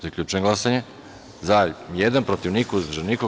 Zaključujem glasanje: za – jedan, protiv – niko, uzdržanih – nema.